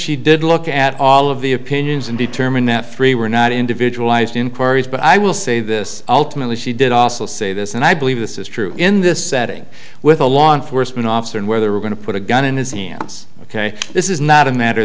she did look at all of the opinions and determined that three were not individual ised inquiries but i will say this ultimately she did also say this and i believe this is true in this setting with a law enforcement officer and where they were going to put a gun in his hands ok this is not a matter